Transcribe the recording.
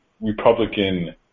Republican